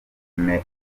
female